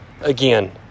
again